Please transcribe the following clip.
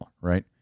right